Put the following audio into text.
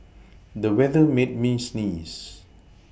the weather made me sneeze